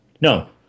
No